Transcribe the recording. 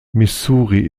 missouri